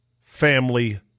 family